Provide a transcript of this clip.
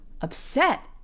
upset